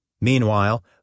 Meanwhile